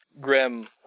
Grim